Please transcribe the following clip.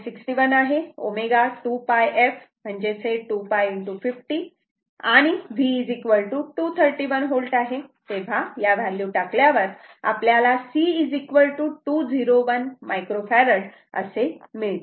61 आहे ω 2 𝝅 f 2 𝝅 50 आणि V 231 V आहे तेव्हा या व्हॅल्यू टाकल्यावर आपल्याला C 201 मायक्रो फॅरॅड असे मिळते